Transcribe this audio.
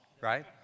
right